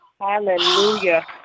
Hallelujah